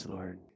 Lord